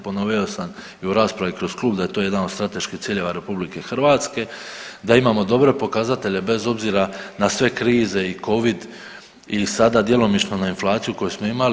Ponovio sam i u raspravi kroz klub da je to jedan od strateških ciljeva RH, da imamo dobre pokazatelje bez obzira na sve krize i Covid i sada djelomično na inflaciju koju smo imali.